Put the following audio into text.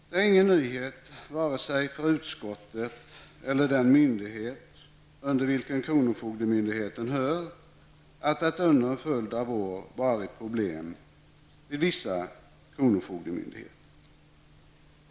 Det är ingen nyhet vare sig för utskottet eller den myndighet under vilken kronofogdemyndigheten hör att det under en följd av år har funnits problem vid vissa kronofogdemyndigheter.